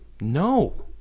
No